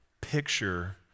picture